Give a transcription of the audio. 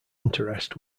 interest